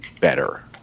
better